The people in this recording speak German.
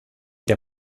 der